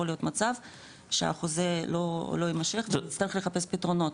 יכול להיות מצב שהחוזה לא יימשך ונצטרך לחפש פתרונות.